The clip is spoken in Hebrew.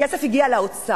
הכסף הגיע לאוצר,